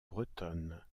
bretonne